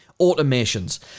automations